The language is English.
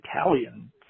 Italian